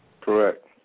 Correct